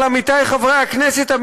אבל עמיתיי חברי הכנסת,